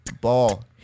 Ball